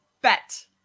bet